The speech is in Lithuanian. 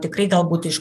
tikrai galbūt iš